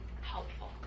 helpful